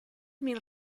mil